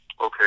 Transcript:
Okay